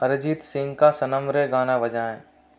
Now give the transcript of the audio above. अरिजीत सिंह का सनम रे गाना बजाएँ